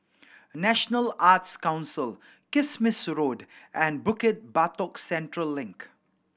National Arts Council Kismis Road and Bukit Batok Central Link